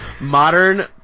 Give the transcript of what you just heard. Modern